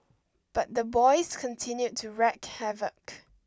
but the boys continued to wreak havoc